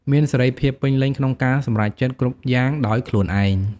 មានសេរីភាពពេញលេញក្នុងការសម្រេចចិត្ត គ្រប់យ៉ាងដោយខ្លួនឯង។